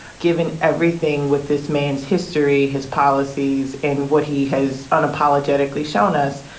given everything with this man's history, his policies, and what he has unapologetically shown us,